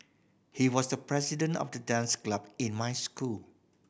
he was the president of the dance club in my school